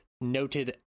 noted